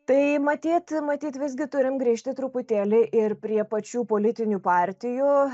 tai matyt matyt visgi turim grįžti truputėlį ir prie pačių politinių partijų